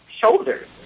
shoulders